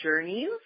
journeys